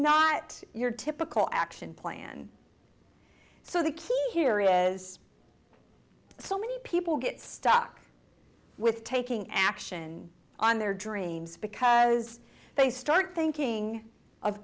not your typical action plan so the key here is so many people get stuck with taking action on their dreams because they start thinking of